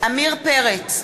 עמיר פרץ,